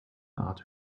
art